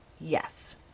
yes